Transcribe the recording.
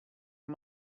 are